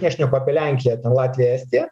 nešneku apie lenkiją latviją estiją